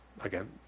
again